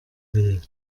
will